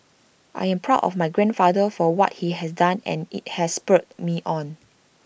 I am proud of my grandfather for what he has done and IT has spurred me on